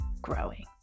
Growing